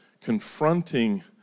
confronting